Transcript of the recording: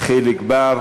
חיליק בר,